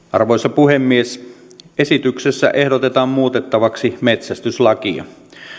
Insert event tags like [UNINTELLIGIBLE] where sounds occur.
[UNINTELLIGIBLE] arvoisa puhemies esityksessä ehdotetaan muutettavaksi metsästyslakia